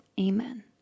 Amen